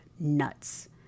nuts